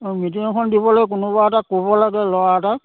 অঁ মিটিং এখন দিবলৈ কোনোবা এটাক ক'ব লাগে ল'ৰা এটাক